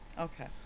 Okay